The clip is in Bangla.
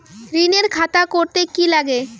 ঋণের খাতা করতে কি লাগে?